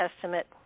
Testament